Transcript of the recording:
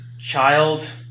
child